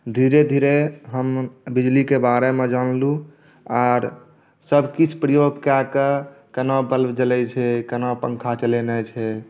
धीरे धीरे हम बिजलीके बारेमे जानलहुँ आर सभकिछु प्रयोग कए कऽ केना बल्ब जलैत छै केना पङ्खा चलेनाइ छै